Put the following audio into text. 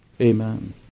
Amen